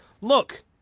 look